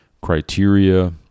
criteria